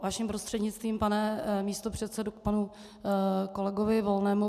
Vaším prostřednictvím, pane místopředsedo, k panu kolegovi Volnému.